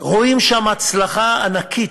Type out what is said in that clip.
רואים שם הצלחה ענקית.